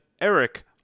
Eric